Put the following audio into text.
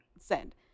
send